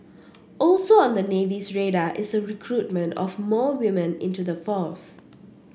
also on the Navy's radar is the recruitment of more women into the force